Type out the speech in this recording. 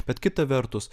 bet kita vertus